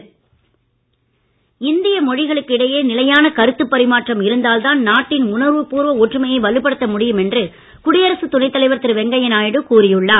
வெங்கையநாயுடு இந்திய மொழிகளுக்கு இடையே நிலையான கருத்து பரிமாற்றம் இருந்தால் தான் நாட்டின் உணர்வுபூர்வ ஒற்றுமையை வலுப்படுத்த முடியும் என்று குடியரசு துணைத் தலைவர் திரு வெங்கையநாயுடு கூறி உள்ளார்